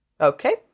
Okay